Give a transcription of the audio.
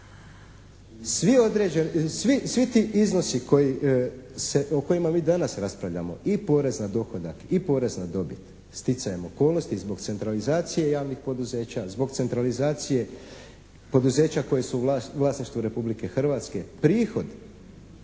Svi ti o kojima mi danas raspravljamo i porez na dohodak i porez na dobit sticajem okolnosti zbog centralizacije javnih poduzeća, zbog centralizacije poduzeća koja su vlasništvo Republike Hrvatske, prihod